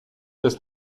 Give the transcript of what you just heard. des